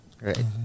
Right